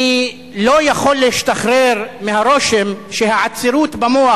אני לא יכול להשתחרר מהרושם שהעצירות במוח